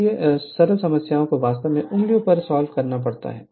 इसलिए सरल समस्याओं को वास्तव में उंगलियों पर सॉल्व करना पड़ता है